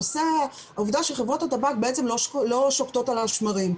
העובדה שחברות הטבק לא שוקטות על השמרים.